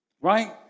Right